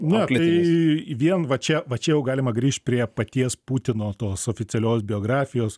ne tai vien va čia va čia jau galima grįšt prie paties putino tos oficialios biografijos